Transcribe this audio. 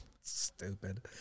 Stupid